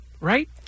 right